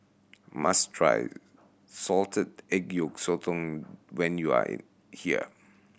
must try salted egg yolk sotong when you are here